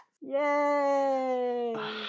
Yay